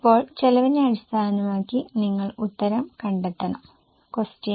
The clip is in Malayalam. ഇപ്പോൾ ചെലവിനെ അടിസ്ഥാനമാക്കി നിങ്ങൾ ഉത്തരം കണ്ടെത്തണം Q1